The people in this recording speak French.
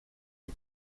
les